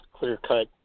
clear-cut